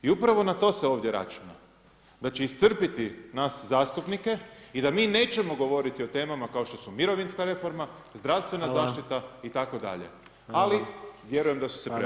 I upravo na to se ovdje računa, da će iscrpiti nas zastupnike i da mi nećemo govoriti o temama kao što su mirovinska reforma, zdravstvena zaštita itd. ali vjerujem da su se prevarili.